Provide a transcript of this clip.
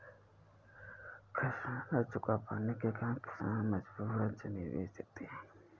कृषि ऋण न चुका पाने के कारण किसान मजबूरन जमीन बेच देते हैं